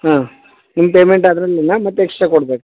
ಹಾಂ ನಿಮ್ಮ ಪೇಮೆಂಟ್ ಅದರಲಿಲ್ಲ ಮತ್ತೆ ಎಕ್ಸ್ಟ್ರಾ ಕೊಡ್ಬೇಕಾ